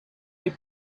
the